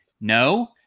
No